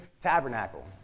tabernacle